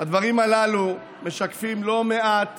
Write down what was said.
הדברים הללו משקפים לא מעט